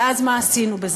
ואז מה עשינו בזה?